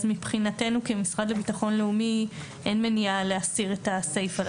מבחינתנו כמשרד לביטחון לאומי אין מניעה להסיר את הסיפה.